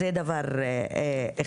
זה דבר אחד.